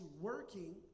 working